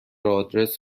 آدرس